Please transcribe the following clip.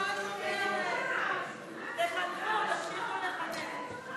תחנכו, תמשיכו לחנך.